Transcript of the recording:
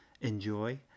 enjoy